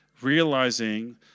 realizing